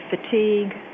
fatigue